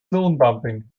lohndumping